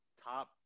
top